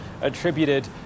attributed